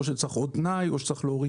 או שצריך עוד תנאי או שצריך להוריד